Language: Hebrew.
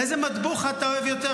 איזה מטבוחה אתה אוהב יותר?